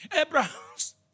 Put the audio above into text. Abraham's